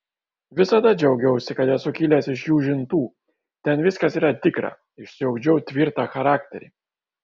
visada džiaugiausi kad esu kilęs iš jūžintų ten viskas yra tikra išsiugdžiau tvirtą charakterį